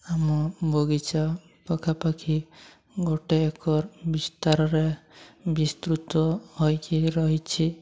ଆମ ବଗିଚା ପାଖାପାଖି ଗୋଟେ ଏକର ବିସ୍ତାରରେ ବିସ୍ତୃତ ହୋଇଛି ରହିଛି